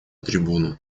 трибуну